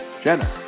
Jenna